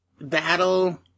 Battle